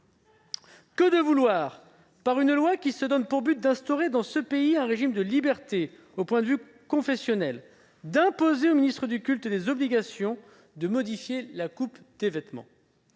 que de vouloir, par une loi qui se donne pour but d'instaurer dans ce pays un régime de liberté au point de vue confessionnel, d'imposer aux ministres des cultes l'obligation de modifier la coupe de leurs vêtements.